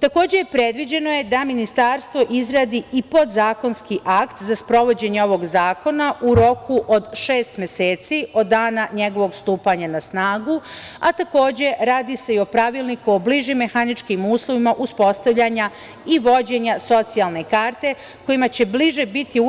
Takođe je predviđeno da Ministarstvo izradi i podzakonski akt za sprovođenje ovog zakona u roku od šest meseci od dana njegovog stupanja na snagu, a takođe radi se i o pravilniku o bližim mehaničkim uslovima uspostavljanja i vođenja socijalne karte kojima će bliže biti